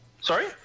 Sorry